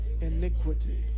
iniquity